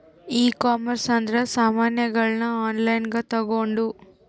ಈ ಕಾಮರ್ಸ್ ಅಂದ್ರ ಸಾಮಾನಗಳ್ನ ಆನ್ಲೈನ್ ಗ ತಗೊಂದು